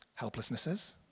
helplessnesses